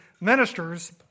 ministers